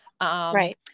Right